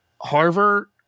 Harvard